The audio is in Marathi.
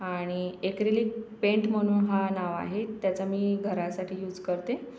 आणि एक्रेलिक पेंट म्हणून हा नाव आहे त्याचा मी घरासाठी यूज करते